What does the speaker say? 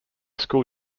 school